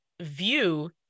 view